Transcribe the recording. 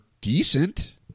decent